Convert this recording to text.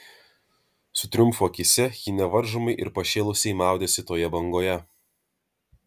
su triumfu akyse ji nevaržomai ir pašėlusiai maudėsi toje bangoje